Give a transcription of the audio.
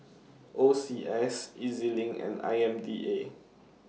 O C S E Z LINK and I M D A